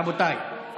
רבותיי,